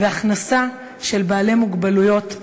של הכנסה של בעלי מוגבלויות מגוונות,